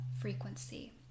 frequency